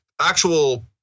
actual